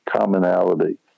commonality